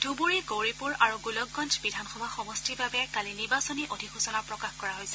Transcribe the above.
ধুবুৰী গৌৰীপুৰ আৰু গোলকগঞ্জ বিধানসভা সমষ্টিৰ বাবে কালি নিৰ্বাচনী অধিসূচনা প্ৰকাশ কৰা হৈছে